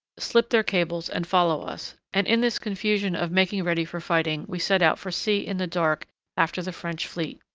slip their cables and follow us and in this confusion of making ready for fighting we set out for sea in the dark after the french fleet.